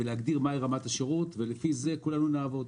ולהגדיר מה היא רמת השירות ולפי זה כולנו נעבוד.